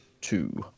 Two